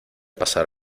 pasar